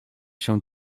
się